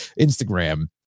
Instagram